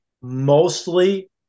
mostly